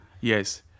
Yes